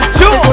two